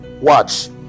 watch